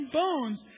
bones